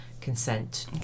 consent